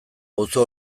auzo